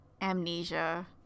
amnesia